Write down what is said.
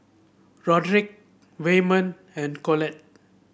Roderick Wayman and Collette